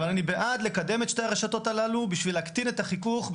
אבל אני בעד לקדם את שתי הרשתות הללו בשביל להקטין את החיכוך,